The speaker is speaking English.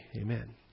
Amen